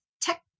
tech